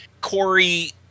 Corey